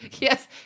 Yes